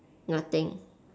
nothing